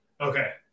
Okay